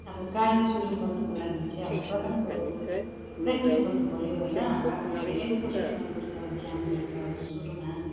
अब गायन सुरु गर्नुको लागि चाहिँ अब प्रथम कुरो प्रेक्टिस गर्नुपर्यो होइन आफूले धेरै नै कोसिस गर्नुपर्छ बिहान बेलुका एउटा सुरमा